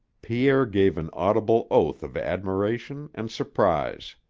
pierre gave an audible oath of admiration and surprise.